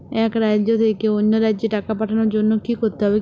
এক রাজ্য থেকে অন্য রাজ্যে টাকা পাঠানোর জন্য কী করতে হবে?